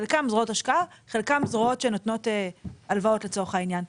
חלקן זרועות השקעה וחלקן זרועות שנותנות הלוואות לצורך העניין.